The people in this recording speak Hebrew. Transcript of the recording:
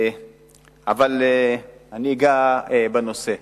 אבל אני אגע בנושא.